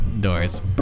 doors